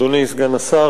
אדוני סגן השר,